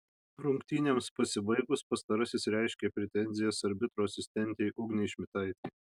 rungtynėms pasibaigus pastarasis reiškė pretenzijas arbitro asistentei ugnei šmitaitei